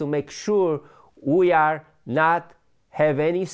to make sure we are not have any